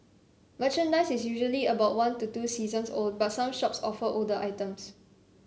merchandise is usually about one to two seasons old but some shops offer older items